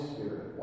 Spirit